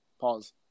Pause